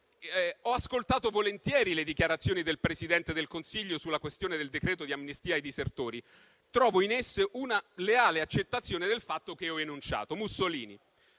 «Ho ascoltato volentieri le dichiarazioni del Presidente del Consiglio sulla questione del decreto di amnistia ai disertori. Trovo in esse una leale accettazione del fatto che io ho enunciato». Mussolini: